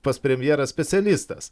pas premjerą specialistas